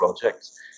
projects